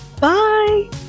Bye